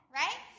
right